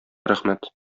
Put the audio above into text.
рәхмәт